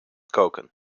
koken